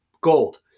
gold